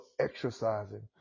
exercising